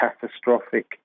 catastrophic